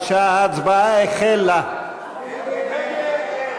ציפי לבני,